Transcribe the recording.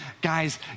guys